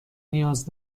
نیاز